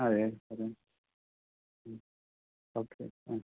അതേ സാറേ ഓക്കെ